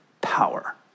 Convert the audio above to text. power